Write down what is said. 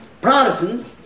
Protestants